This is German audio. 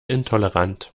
intolerant